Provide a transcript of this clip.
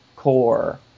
core